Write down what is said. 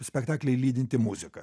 spektaklį lydinti muzika